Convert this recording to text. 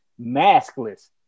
maskless